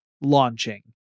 launching